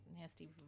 nasty